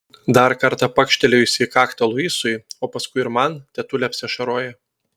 dar kartą pakštelėjusi į kaktą luisui o paskui ir man tetulė apsiašaroja